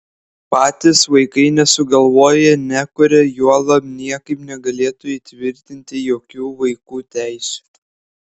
patys vaikai nesugalvoja nekuria juolab niekaip negalėtų įtvirtinti jokių vaikų teisių